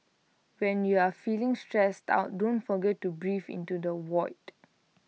when you are feeling stressed out don't forget to breathe into the void